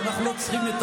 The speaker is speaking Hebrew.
לא צריך בית